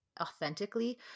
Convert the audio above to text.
authentically